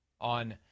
on